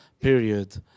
period